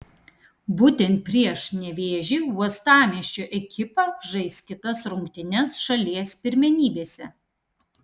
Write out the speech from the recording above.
būtent prieš nevėžį uostamiesčio ekipa žais kitas rungtynes šalies pirmenybėse